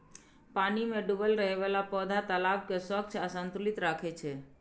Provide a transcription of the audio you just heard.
पानि मे डूबल रहै बला पौधा तालाब कें स्वच्छ आ संतुलित राखै छै